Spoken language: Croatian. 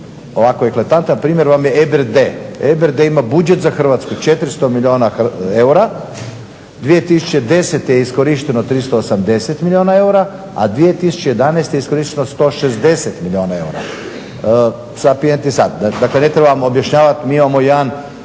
ovako eklatantan primjer je EBRD. EBRD ima budžet za Hrvatsku 400 milijuna eura, 2010. je iskorišteno 380 milijuna eura, a 2011. je iskorišteno 160 milijuna eura …/Ne razumije se./…, dakle ne trebam objašnjavat. Mi imamo jedan